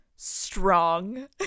strong